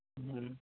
ᱦᱮᱸ